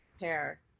pair